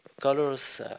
colors